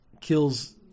kills